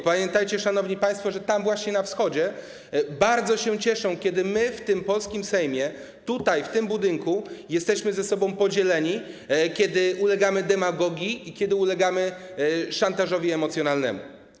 Pamiętajcie, szanowni państwo, że właśnie tam, na Wschodzie, bardzo się cieszą, kiedy my w polskim Sejmie, tutaj, w tym budynku jesteśmy podzieleni, kiedy ulegamy demagogii i kiedy ulegamy szantażowi emocjonalnemu.